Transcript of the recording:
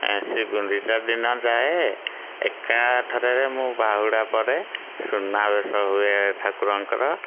ହେଁ ଶ୍ରୀ ଗୁଣ୍ଡିଚା ଦିନ ଯାଏ ଏକା ଥରରେ ମୁଁ ବାହୁଡ଼ା ପରେ ସୁନାବେଶ ହୁଏ ଠାକୁରଙ୍କର